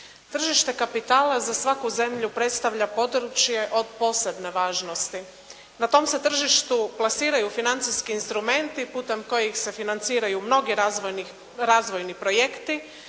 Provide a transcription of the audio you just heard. Tržište kapitala za svaku zemlju predstavlja područje od posebne važnosti. Na tom se tržištu plasiraju financijski instrumenti putem kojih se financiraju mnogi razvojni projekti